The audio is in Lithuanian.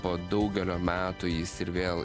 po daugelio metų jis ir vėl